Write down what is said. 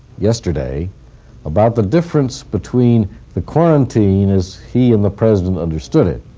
yesterday about the difference between the quarantine as he and the president understood it.